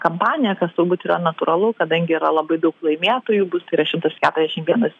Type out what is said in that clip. kampanija kas turbūt yra natūralu kadangi yra labai daug laimėtojų bus tai yra šimtas keturiasdešim vienas